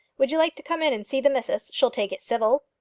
would you like to come in and see the missus? she'll take it civil.